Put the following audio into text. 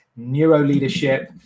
neuroleadership